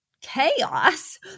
chaos